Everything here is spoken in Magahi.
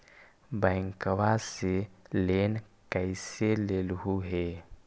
बैंकवा से लेन कैसे लेलहू हे?